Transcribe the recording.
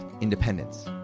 independence